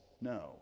no